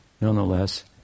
nonetheless